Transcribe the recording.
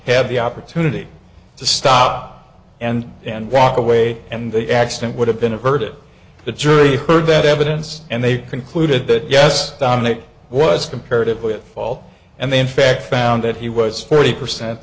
had the opportunity to stop and and walk away and the accident would have been averted the jury heard that evidence and they concluded that yes dominic was comparative with fall and they in fact found that he was forty percent